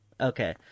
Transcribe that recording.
Okay